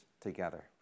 together